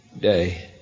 day